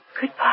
Goodbye